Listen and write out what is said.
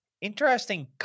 interesting